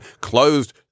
closed